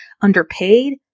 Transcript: underpaid